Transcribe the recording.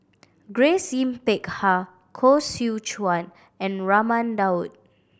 Grace Yin Peck Ha Koh Seow Chuan and Raman Daud